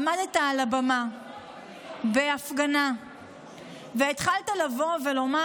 עמדת על הבמה בהפגנה והתחלת לבוא ולומר,